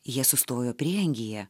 jie sustojo prieangyje